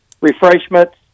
refreshments